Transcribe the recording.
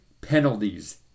penalties